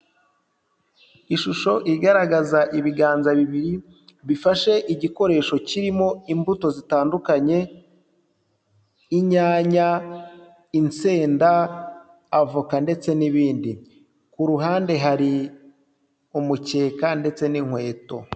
Ishusho igaragaza ibiganza bibiri bifashe igikoresho kirimo imbuto zitandukanye, inyanya, insenda, avoka ndetse n'ibindi, ku ruhande hari umukeka ndetse n'inkweto.